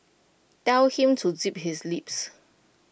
tell him to zip his lips